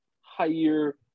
higher